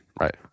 Right